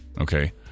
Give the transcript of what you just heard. okay